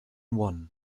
one